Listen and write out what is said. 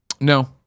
No